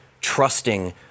trusting